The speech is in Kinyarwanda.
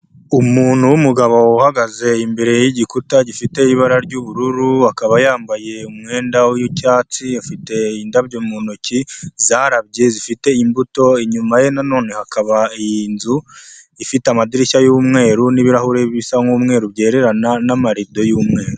Umuntu w’umugabo uhagaze imbere y’igikuta gifite ibara ry'ubururu akaba yambaye umwenda w'icyatsi, afite indabyo mu ntoki zarabye zifite imbuto, inyuma ye nanone hakaba inzu ifite amadirishya y'umweru n'ibirahuri bisa nk'umweru byererana n'amarido y’umweru.